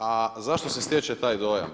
A zašto se stječe taj dojam?